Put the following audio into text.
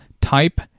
type